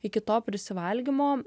iki to prisivalgymo